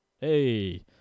Hey